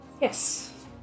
Yes